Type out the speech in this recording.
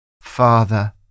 Father